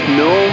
no